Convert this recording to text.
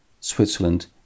Switzerland